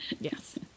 Yes